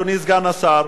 אדוני סגן השר,